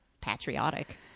Patriotic